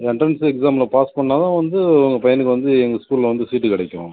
entrance எக்ஸாமில் pass பண்ணால் தான் வந்து உங்கள் பையனுக்கு வந்து எங்கள் ஸ்கூல்லில் வந்து சீட்டு கிடைக்கும்